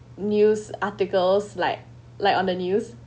news articles like like on the news